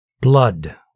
Blood